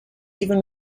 even